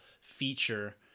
feature